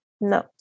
No